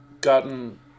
gotten